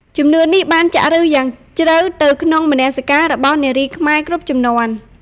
ជំនឿនេះបានចាក់ឫសយ៉ាងជ្រៅទៅក្នុងមនសិការរបស់នារីខ្មែរគ្រប់ជំនាន់។